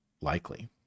likely